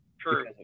true